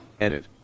Edit